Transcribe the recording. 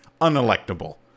unelectable